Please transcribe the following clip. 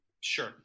Sure